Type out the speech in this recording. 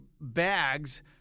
bags